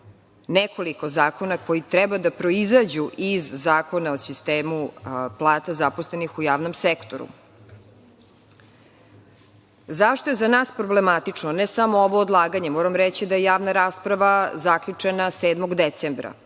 nekoliko zakona koji treba da proizađu iz Zakona o sistemu plata zaposlenih u javnom sektoru.Zašto je za nas problematično ne samo ovo odlaganje? Moram reći da je javna rasprava zaključena 7. decembra.